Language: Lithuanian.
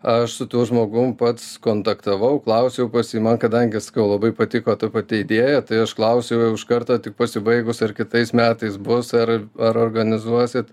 aš su tuo žmogum pats kontaktavau klausiau pas jį man kadangi sakau labai patiko ta pati idėja tai aš klausiau jau iš karto tik pasibaigus ar kitais metais bus ar ar organizuosit